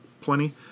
plenty